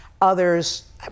others